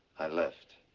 i left.